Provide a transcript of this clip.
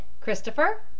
Christopher